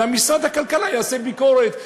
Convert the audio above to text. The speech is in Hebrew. ומשרד הכלכלה יעשה ביקורת.